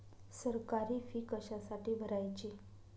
सरकारी फी कशासाठी भरायची